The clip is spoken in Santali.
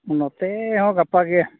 ᱱᱚᱛᱮᱦᱚᱸ ᱜᱟᱯᱟᱜᱮ